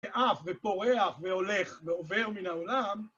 עף ופורח והולך ועובר מן העולם.